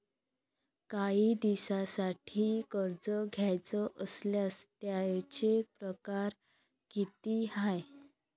कायी दिसांसाठी कर्ज घ्याचं असल्यास त्यायचे परकार किती हाय?